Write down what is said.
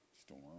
storm